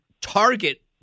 target